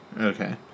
Okay